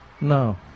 No